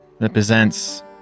represents